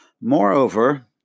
Moreover